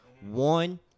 One